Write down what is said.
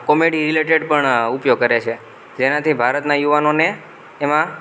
comedy related પણ ઉપયોગ કરે છે જેનાથી ભારતના યુવાનોને એમાં